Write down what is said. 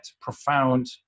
profound